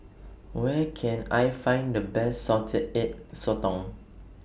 Where Can I Find The Best Salted Egg Sotong